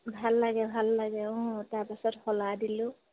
ভাল লাগে ভাল লাগে অঁ তাৰপাছত শলা দিলোঁ